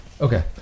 Okay